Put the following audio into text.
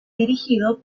dirigido